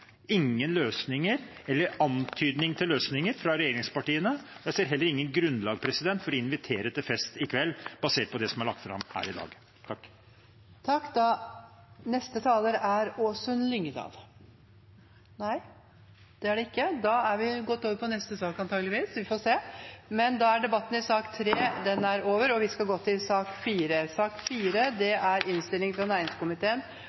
ingen løsninger eller antydning til løsninger fra regjeringspartiene, og jeg ser heller ikke noe grunnlag for å invitere til fest i kveld basert på det som er lagt fram her i dag. Flere har ikke bedt om ordet til sak nr. 3. Etter ønske fra næringskomiteen